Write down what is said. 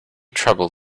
trouble